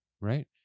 right